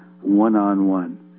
one-on-one